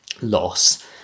loss